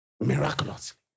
Miraculously